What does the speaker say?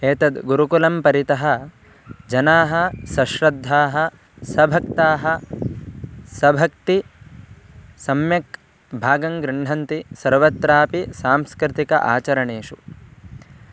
एतद् गुरुकुलं परितः जनाः सश्रद्धाः सभक्ताः सभक्ति सम्यक् भागं गृह्णन्ति सर्वत्रापि सांस्कृतिक आचरणेषु